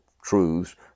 truths